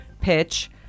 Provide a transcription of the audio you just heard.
pitch